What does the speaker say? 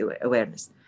awareness